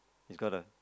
has got a